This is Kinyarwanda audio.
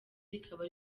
rikaba